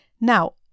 Now